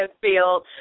field